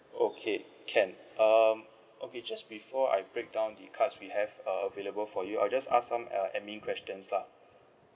okay can um okay just before I break down the cards we have uh available for you I'll just ask some uh admin questions lah